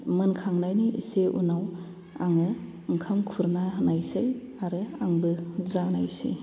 मोनखांनायनि एसे उनाव आङो ओंखाम खुरना होनायसै आरो आंबो जानायसै